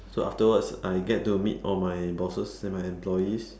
so afterwards I get to meet all my bosses and my employees